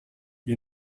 you